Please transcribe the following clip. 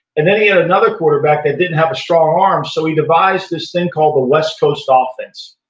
and then he had another quarterback that didn't have a strong arm so he devised this thing called the west coast ah offense,